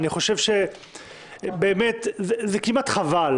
אני חושב שזה כמעט חבל